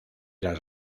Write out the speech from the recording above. las